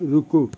रुको